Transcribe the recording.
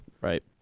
Right